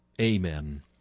Amen